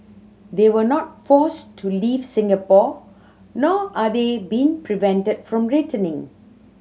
they were not forced to leave Singapore nor are they being prevented from returning